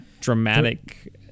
dramatic